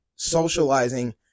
socializing